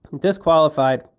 disqualified